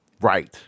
Right